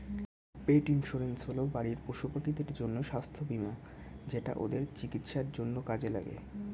পেট insurance হল বাড়ির পশুপাখিদের জন্য স্বাস্থ্য বীমা যেটা ওদের চিকিৎসার জন্য কাজে লাগে